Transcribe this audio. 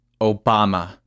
Obama